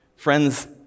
Friends